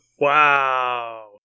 Wow